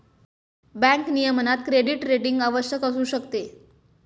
bank नियमनात credit rating आवश्यक असू शकते